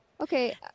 Okay